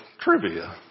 trivia